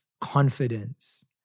confidence